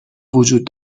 وجود